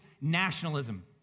nationalism